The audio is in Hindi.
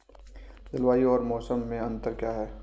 जलवायु और मौसम में अंतर क्या है?